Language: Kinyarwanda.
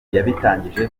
yabitangaje